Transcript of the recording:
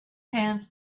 hands